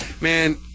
man